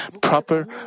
proper